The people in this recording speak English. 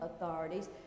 authorities